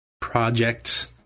project